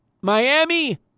Miami